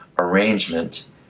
arrangement